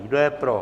Kdo je pro?